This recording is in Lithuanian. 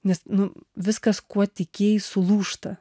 nes nu viskas kuo tikėjai sulūžta